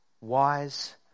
wise